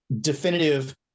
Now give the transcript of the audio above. definitive